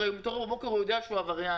הרי הוא מתעורר בבוקר ויודע שהוא עבריין.